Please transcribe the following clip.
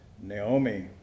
Naomi